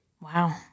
wow